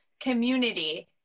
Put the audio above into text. community